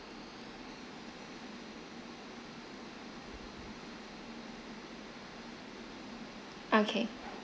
okay